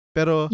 Pero